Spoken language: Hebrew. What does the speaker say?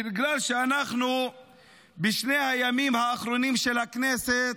בגלל שאנחנו בשני הימים האחרונים של הכנסת,